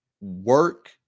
work